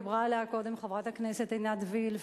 דיברה עליה קודם חברת הכנסת עינת וילף,